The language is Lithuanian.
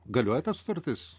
galioja ta sutartis